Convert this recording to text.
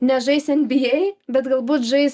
nežais nba bet galbūt žais